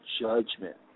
judgment